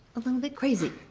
a little bit crazy. oh,